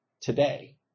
today